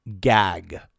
Gag